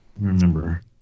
remember